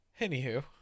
anywho